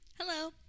Hello